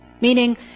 Meaning